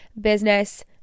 business